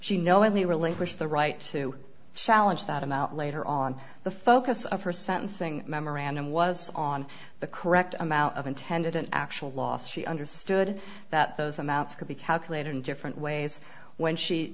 she knowingly relinquished the right to challenge that amount later on the focus of her sentencing memorandum was on the correct amount of intended an actual loss she understood that those amounts could be calculated in different ways when she